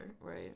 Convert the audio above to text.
right